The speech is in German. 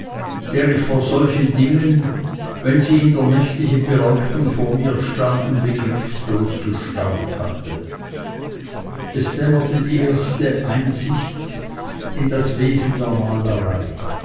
der ich vor solchen dingen wenn sie in der nächtlichen beleuchtung vor mir standen begriffslos gestaunt hatte es dämmerte die erste einsicht in das wesen der malerei